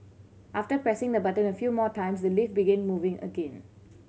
after pressing the button a few more times the lift began moving again